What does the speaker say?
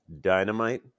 dynamite